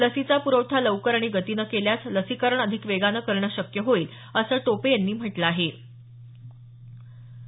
लसीचा पुरवठा लवकर आणि गतीनं केल्यास लसीकरण अधिक वेगानं करणं शक्य होईल असं टोपे यांनी म्हटलं होतं